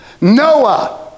Noah